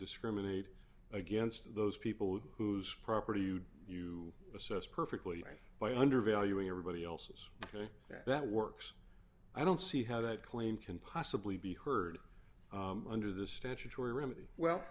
discriminate against those people whose property you assess perfectly right by under valuing everybody else's that that works i don't see how that claim can possibly be heard under the statutory